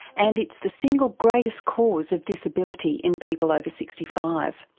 and it's the single greatest cause of disability in people over sixty five.